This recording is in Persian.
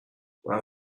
باید